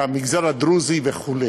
מהמגזר הדרוזי וכו'.